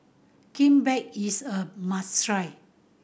kimbap is a must try